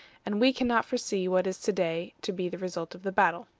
and we can not foresee what is to-day to be the result of the battle.